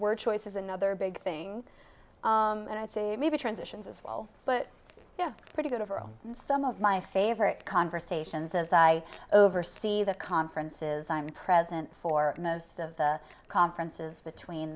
were choice is another big thing and i'd say maybe transitions as well but yeah pretty good of our own and some of my favorite conversations as i oversee the conferences i'm present for most of the conferences between